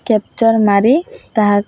capture ମାରି ତାହା